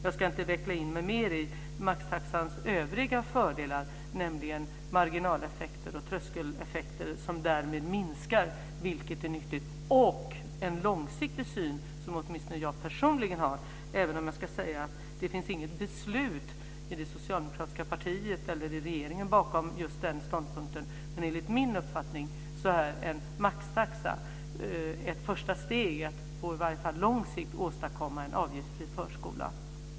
Jag ska inte veckla in mig mera i maxtaxans övriga fördelar, nämligen att marginaleffekter och tröskeleffekter minskar, vilket är nyttigt. Det finns en långsiktig syn som åtminstone jag personligen har, även om det inte finns något beslut i det socialdemokratiska partiet eller i regeringen bakom den ståndpunkten. Enligt min uppfattning är maxtaxan ett första steg att på lång sikt åstadkomma en avgiftsfri förskola.